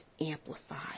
amplified